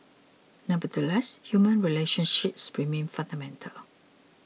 nevertheless human relationships remain fundamental